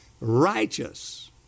righteous